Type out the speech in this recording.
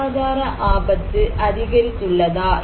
பொருளாதார ஆபத்து அதிகரித்துள்ளதா